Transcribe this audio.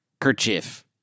kerchief